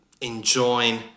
enjoying